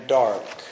dark